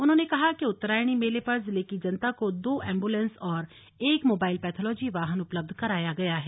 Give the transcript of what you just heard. उन्होंने कहा कि उत्तरायणी मेले पर जिले की जनता को दो एंब्लेंस और एक मोबाइल पैथोलॉजी वाहन उपलब्ध कराया गया है